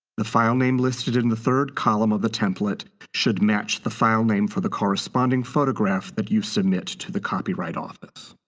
the file name listed in the third column of the template should match the file name for the corresponding photograph that you submit to the copyright office.